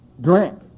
drink